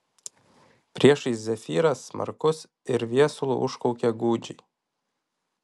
priešais zefyras smarkus ir viesulu užkaukė gūdžiai